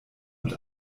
und